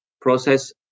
process